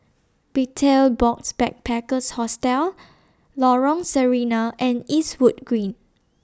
Betel Box Backpackers Hostel Lorong Sarina and Eastwood Green